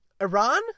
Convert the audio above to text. Iran